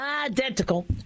identical